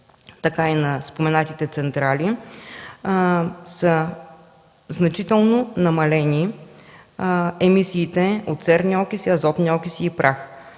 така и на споменатите централи, са значително намалени емисиите от серни окиси, азотни окиси и прах.